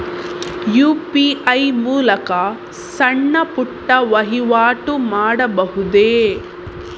UPI ಮೂಲಕ ಸಣ್ಣ ಪುಟ್ಟ ವಹಿವಾಟು ಮಾಡಬಹುದೇ?